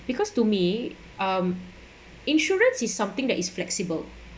because to me um insurance is something that is flexible